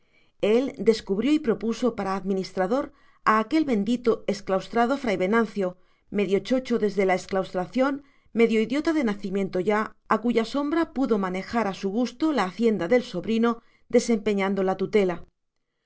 él descubrió y propuso para administrador a aquel bendito exclaustrado fray venancio medio chocho desde la exclaustración medio idiota de nacimiento ya a cuya sombra pudo manejar a su gusto la hacienda del sobrino desempeñando la tutela